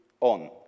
on